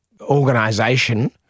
organization